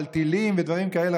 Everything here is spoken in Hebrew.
אבל טילים ודברים כאלה,